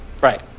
Right